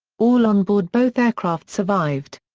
all on board both aircraft survived.